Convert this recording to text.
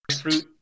fruit